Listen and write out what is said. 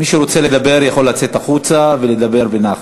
מי שרוצה לדבר יכול לצאת החוצה ולדבר בנחת.